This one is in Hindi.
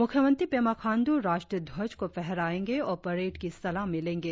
मुख्यमंत्री पेमा खांडू राष्ट्रीय ध्वज को फहराया और परेड की सलामी लेंगे